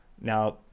Now